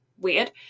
weird